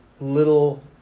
little